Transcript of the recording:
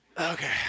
Okay